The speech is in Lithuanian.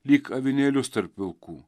lyg avinėlius tarp vilkų